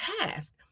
task